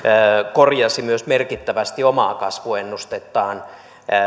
korjasi myös merkittävästi omaa kasvuennustettaan